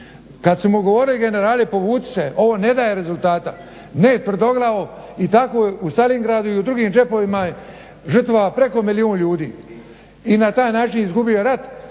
Kada su mu govorili generali povuci se ovo ne daje rezultata, ne tvrdoglavo i tako je u Staljingradu i u drugim … žrtava preko milijun ljudi. I na taj način izgubio rat